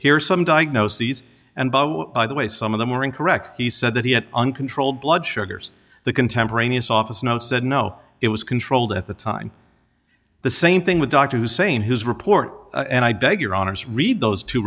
here some diagnoses and by the way some of them were incorrect he said that he had uncontrolled blood sugars the contemporaneous office notes said no it was controlled at the time the same thing with dr hussein his report and i beg your honour's read those two